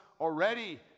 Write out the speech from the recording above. already